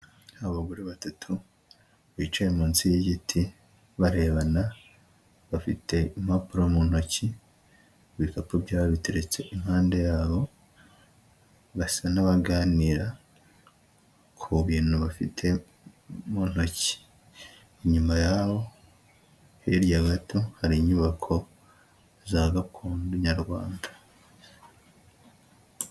Abagore batatu bicaye munsi y'igiti barebana bafite impapuro mu ntoki, ibikapu byabo biteretse impande yabo, basa n'abaganira ku bintu bafite mu ntoki, inyuma yabo hirya gato hari inyubako za gakondo nyarwanda.